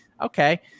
okay